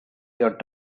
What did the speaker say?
your